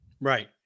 Right